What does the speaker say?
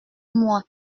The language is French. mois